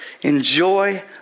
enjoy